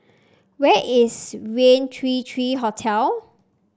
where is Raintr Three three Hotel